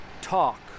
talk